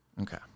Okay